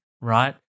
right